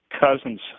cousin's